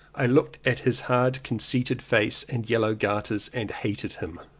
i looked at his hard conceited face and yellow gaiters and hated him.